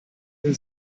den